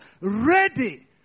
ready